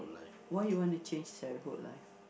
why you want to change childhood life